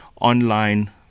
online